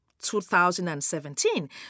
2017